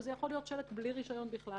זה יכול להיות שלט בלי רישיון בכלל,